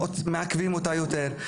מעכבים אותה יותר.